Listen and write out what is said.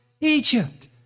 Egypt